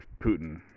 Putin